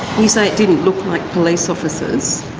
you say it didn't look like police officers.